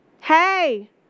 Hey